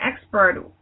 expert